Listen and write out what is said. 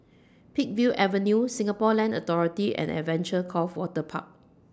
Peakville Avenue Singapore Land Authority and Adventure Cove Waterpark